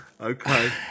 Okay